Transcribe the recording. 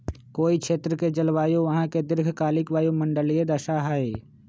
कोई क्षेत्र के जलवायु वहां के दीर्घकालिक वायुमंडलीय दशा हई